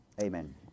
Amen